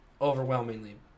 overwhelmingly